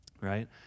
right